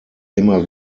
immer